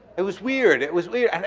it was weird, it was weird.